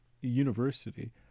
university